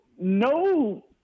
no